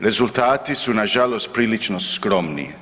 Rezultati su nažalost prilično skromni.